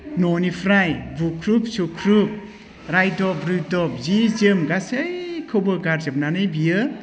न'निफ्राय बुख्रुब सुख्रुब रायदब रुइदब जि जोम गासैखौबो गारजोबनानै बियो